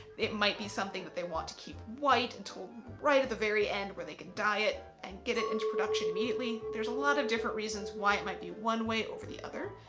it might be something that they want to keep white until right at the very end where they can dye it and get it into production immediately. there's a lot of different reasons why it might be one way over the other.